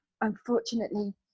unfortunately